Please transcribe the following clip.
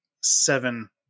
seven